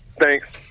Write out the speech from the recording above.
Thanks